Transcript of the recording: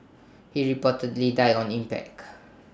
he reportedly died on impact